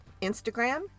Instagram